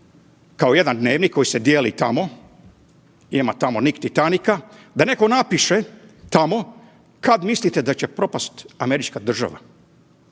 kako jedan dnevnik koji se dijeli tamo, ima tamo Nik Titanika, da neko napiše tamo kada mislite da će propast Američka država,